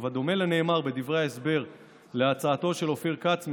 ובדומה לנאמר בדברי ההסבר להצעתו של אופיר כץ,